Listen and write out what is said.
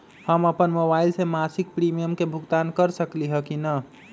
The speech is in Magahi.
हम अपन मोबाइल से मासिक प्रीमियम के भुगतान कर सकली ह की न?